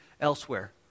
elsewhere